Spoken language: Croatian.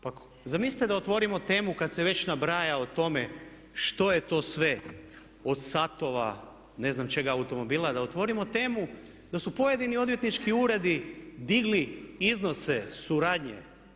Pa zamislite da otvorimo temu kada se već nabraja o tome što je to sve od satova, ne znam čega automobila, da otvorimo temu da su pojedini odvjetnički uredi digli iznose suradnje.